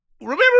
Remember